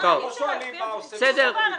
אנחנו לא שואלים מה עושה משרד הביטחון.